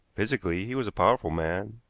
physically he was a powerful man,